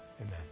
Amen